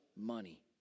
money